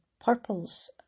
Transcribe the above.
purples